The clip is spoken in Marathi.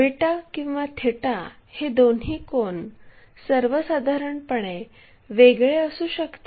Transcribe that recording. बीटा किंवा थीटा हे दोन्ही कोन सर्वसाधारणपणे वेगळे असू शकतात